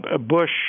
Bush